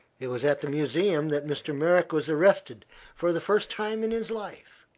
it was at the museum that mr. merrick was arrested for the first time in his life,